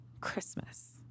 Christmas